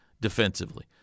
defensively